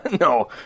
No